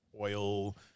oil